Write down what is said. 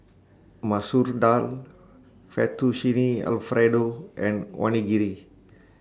Masoor Dal Fettuccine Alfredo and Onigiri